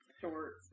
short